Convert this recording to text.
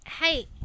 Hey